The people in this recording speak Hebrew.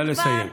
נא לסיים.